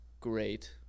great